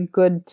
good